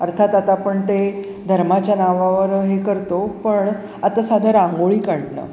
अर्थात आता आपण ते धर्माच्या नावावर हे करतो पण आता साधं रांगोळी काढणं